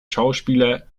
schauspieler